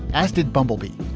as did bumblebee,